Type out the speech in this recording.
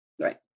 Right